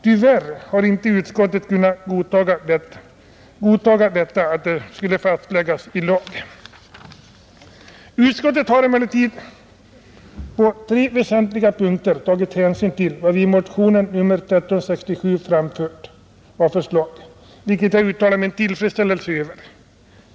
Tyvärr har inte utskottet kunnat godtaga att detta skulle fastläggas i lag. Utskottet har emellertid på tre väsentliga punkter tagit hänsyn till vad vi i motionen 1367 framfört, vilket jag uttalar min tillfredsställelse över.